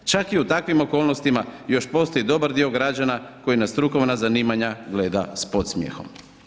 Čak i u takvim okolnostima još postoji dobar dio građana koji na strukovna zanimanja gleda s podsmjehom.